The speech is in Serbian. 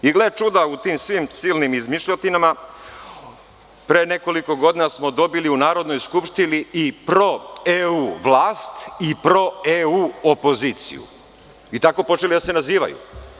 Gle čuda, u svim tim silnim izmišljotinama pre nekoliko godina smo dobili u Narodnoj skupštini i pro EU vlast i pro EU opoziciju i tako počeli da se nazivaju.